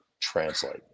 translate